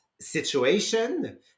situation